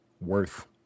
worth